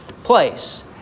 Place